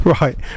Right